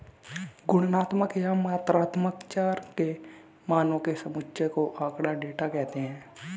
गुणात्मक या मात्रात्मक चर के मानों के समुच्चय को आँकड़ा, डेटा कहते हैं